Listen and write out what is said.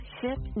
hip